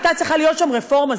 הייתה צריכה להיות שם רפורמה,